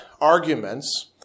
arguments